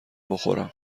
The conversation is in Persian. بخورم